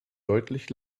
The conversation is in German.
deutlich